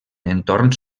entorns